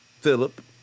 Philip